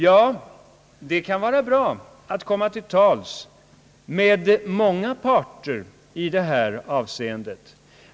Ja, det kan vara bra att komma till tals med många parter i det här avseendet.